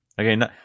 Okay